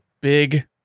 big